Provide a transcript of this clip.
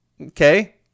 Okay